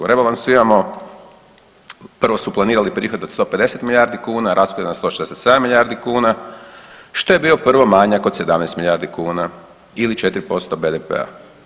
U rebalansu imamo prvo su planirali prihod od 150 milijardi kuna, rashod je 167 milijardi kuna što je bio prvo manjak od 17 milijardi kuna ili 4% BDP-a.